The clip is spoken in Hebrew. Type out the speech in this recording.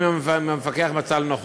אליו מפקחים אם המפקח מצא לנכון.